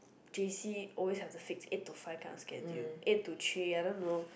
j_c always have the six eight to five kind of schedule eight to three I don't know